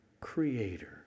creator